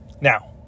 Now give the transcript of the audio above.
Now